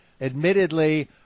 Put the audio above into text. admittedly